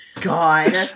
God